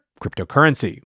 Cryptocurrency